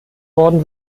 worden